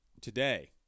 today